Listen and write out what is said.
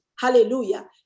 hallelujah